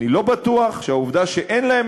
אני לא בטוח שהעובדה שאין להם